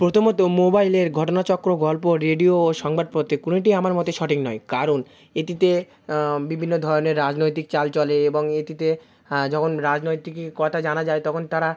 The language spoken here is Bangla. প্রথমত মোবাইলের ঘটনাচক্র গল্প রেডিও ও সংবাদপত্রে কোনোওটিও আমার মতে সঠিক নয় কারণ এটিতে বিবিন্ন ধরনের রাজনৈতিক চাল চলে এবং এটিতে যখন রাজনৈতিকী কতা জানা যায় তখন তারা